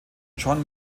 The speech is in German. john